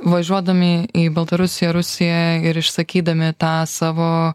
važiuodami į baltarusiją rusiją ir išsakydami tą savo